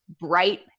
bright